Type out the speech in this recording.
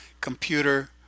computer